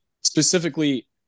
specifically